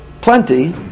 plenty